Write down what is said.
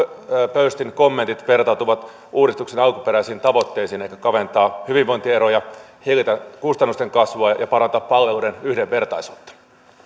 pöystin kommentit vertautuvat uudistuksen alkuperäisiin tavoitteisiin elikkä kaventaa hyvinvointieroja hillitä kustannusten kasvua ja parantaa palveluiden yhdenvertaisuutta